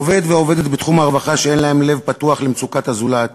עובד ועובדת בתחום הרווחה שאין להם לב פתוח למצוקות הזולת,